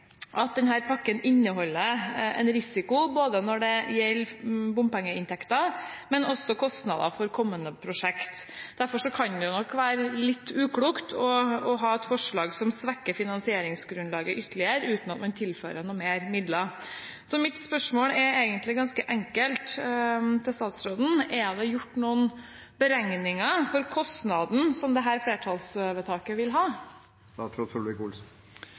pakken inneholder en risiko når det gjelder både bompengeinntekter og kostnader for kommende prosjekt. Derfor kan det nok være litt uklokt å ha et forslag som svekker finansieringsgrunnlaget ytterligere, uten at man tilfører noen flere midler. Mitt spørsmål til statsråden er egentlig ganske enkelt: Er det gjort noen beregninger over kostnaden som dette flertallsvedtaket vil ha?